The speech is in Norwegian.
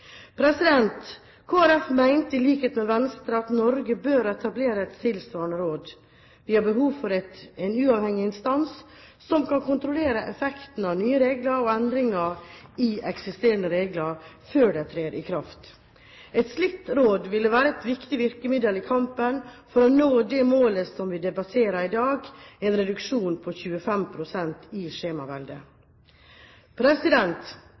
i likhet med Venstre at Norge bør etablere et tilsvarende råd. Vi har behov for en uavhengig instans som kan kontrollere effekten av nye regler og endringer i eksisterende regler før de trer i kraft. Et slikt råd ville vært et viktig virkemiddel i kampen for å nå det målet som vi debatterer i dag: en reduksjon på 25 pst. i